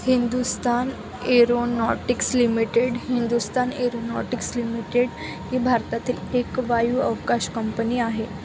Hindustan aeronautics limited Hindustan aeronautics limited ही भारतातील एक वायुअवकाश कंपनी आहे